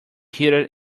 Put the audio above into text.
heated